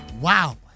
Wow